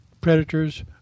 predators